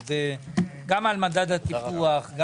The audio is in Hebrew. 13:40.